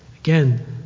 Again